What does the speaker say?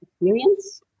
experience